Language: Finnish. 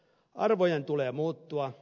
arvojen tulee muuttua